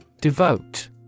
Devote